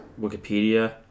Wikipedia